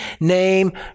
name